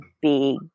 big